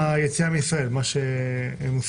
שלשום 7 מדינות, לפני זה עוד כמה